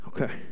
Okay